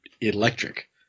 electric